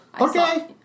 Okay